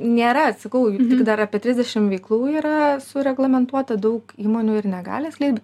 nėra atsakau tik dar apie trisdešimt veiklų yra sureglamentuota daug įmonių ir negali atskleisti